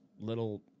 little